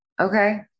Okay